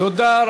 תודה,